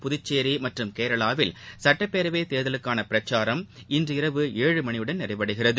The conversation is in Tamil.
புதுச்சேரி மற்றும் கேரளாவில் சுட்டப்பேரவை தேர்தலுக்கான பிரச்சாரம் இன்று இரவு ஏழு மணியுடன் நிறைவடைகிறது